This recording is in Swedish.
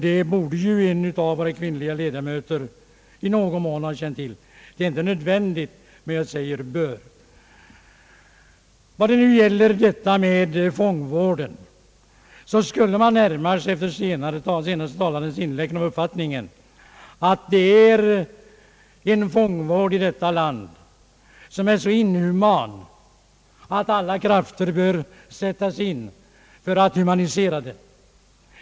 Det borde hon såsom en av våra kvinnliga ledamöter i någon mån ha känt till — det är förstås inte nödvändigt, men jag säger bör. Beträffande fångvården skulle man efter den senaste talarens inlägg närmast kunna hysa den uppfattningen att fångvården i detta land är så inhuman att alla krafter bör sättas in för att humanisera den.